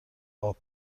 اَپ